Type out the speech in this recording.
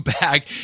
back